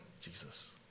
Jesus